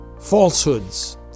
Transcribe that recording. falsehoods